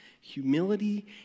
humility